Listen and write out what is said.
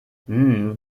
hmm